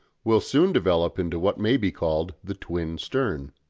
will soon develop into what may be called the twin stern.